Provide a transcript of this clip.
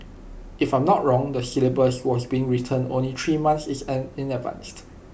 if I'm not wrong the syllabus was being written only three months is an in advanced